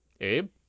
Abe